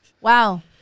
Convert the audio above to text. wow